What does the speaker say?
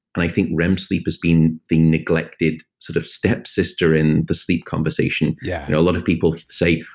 i think rem sleep has been the neglected sort of stepsister in the sleep conversation yeah a lot of people say,